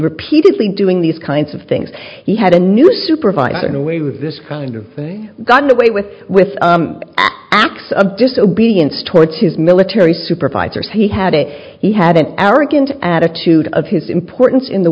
repeatedly doing these kinds of things he had a new supervisor in a way with this kind of gotten away with with acts of disobedience towards his military supervisors he had a he had an auric and attitude of his importance in the